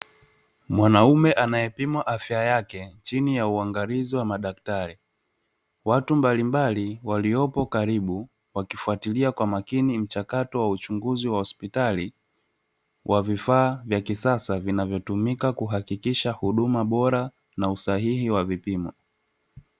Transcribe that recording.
Mwanaume anayepimwa afya yake, chini ya uangalizi wa madaktari. Watu mbalimbali waliopo karibu, wakifuatilia kwa makini mchakato wa uchunguzi wa hospitali, wa vifaa vya kisasa vinavyotumika kuhakikisha huduma bora, na usahihi wa vipimo.